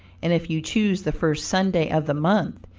and if you choose the first sunday of the month,